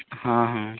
ହଁ ହଁ